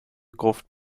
gruft